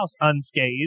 unscathed